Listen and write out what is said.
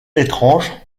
étrange